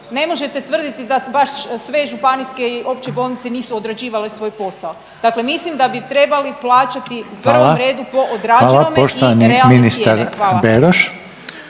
Ne možete tvrditi da baš sve županijske i opće bolnice nisu odrađivale svoj posao. Dakle, mislim da bi trebali plaćati u prvom redu po odrađenom … …/Upadica Reiner: Hvala./… … i realne